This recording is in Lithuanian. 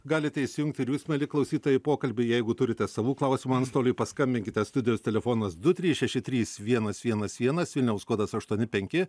galite įsijungti ir jūs mieli klausytojai į pokalbį jeigu turite savų klausimų antstoliui paskambinkite studijos telefonas du trys šeši trys vienas vienas vienas vilniaus kodas aštuoni penki